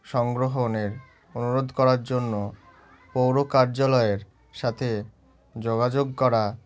সংগ্রহণের অনুরোধ করার জন্য পৌর কার্যালয়ের সাথে যোগাযোগ করা